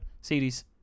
series